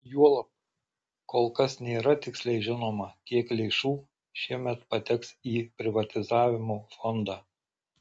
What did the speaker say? juolab kol kas nėra tiksliai žinoma kiek lėšų šiemet pateks į privatizavimo fondą